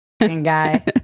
guy